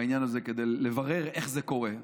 בעניין הזה כדי לברר איך זה קורה.